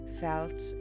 felt